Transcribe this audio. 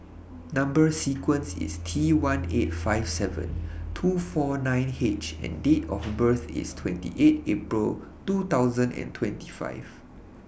Number sequence IS T one eight five seven two four nine H and Date of birth IS twenty eight April two thousand and twenty five